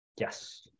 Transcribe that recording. Yes